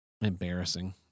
embarrassing